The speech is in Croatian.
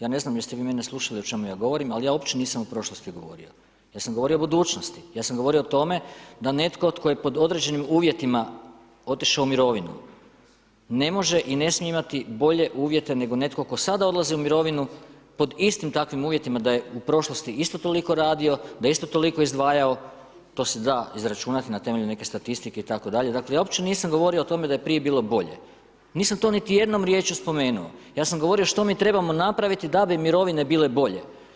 Ja ne znam jeste vi mene slušali o čemu j govorim ali ja uopće nisam o prošlosti govorio, ja sam govorio u budućnosti, ja sam govorio o tome da netko tko je pod određenim uvjetima otišao u mirovinu, ne može i ne smije imati bolje uvjete nego tko sada odlazi u mirovinu pod istim takvim uvjetima nego netko tko sada odlazi u mirovinu pod istim takvim uvjetima da je u prošlosti isto toliko radio, da je isto toliko izdvajao, to se da izračunati na temelju neke statistike itd., dakle ja uopće nisam govorio o tome da je prije bilo bolje, nisam to niti jednom riječju spomenuo, ja sam govorio što mi trebamo napraviti da bi mirovine bile bolje.